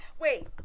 Wait